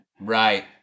Right